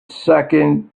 second